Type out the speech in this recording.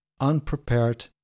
unprepared